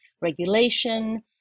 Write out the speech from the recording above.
regulation